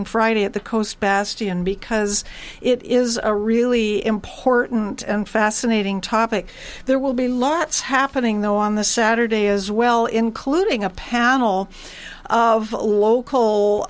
and friday at the coast basti and because it is a really important and fascinating topic there will be lots happening though on this saturday as well including a panel of local